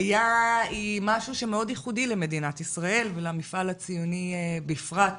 עלייה היא משהו שמאוד ייחודי למדינת ישראל ולמפעל הציוני בפרט.